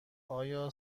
آیا